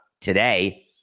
today